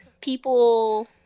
people